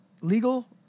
legal